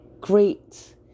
great